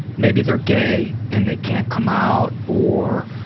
maybe they're gay and they can't come out, or